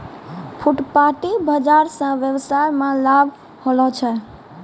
फुटपाटी बाजार स वेवसाय मे लाभ होलो छै